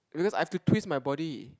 because I've to twist my body